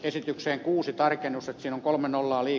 esitykseen kuusi tarkennus on kolme nolla oli